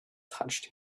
touched